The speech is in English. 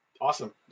Awesome